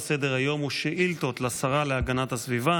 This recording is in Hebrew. סדר-היום הוא שאילתות לשרה להגנת הסביבה.